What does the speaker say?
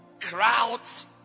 crowds